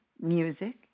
music